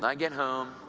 i got home,